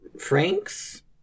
Frank's